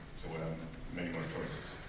so we have many more choices.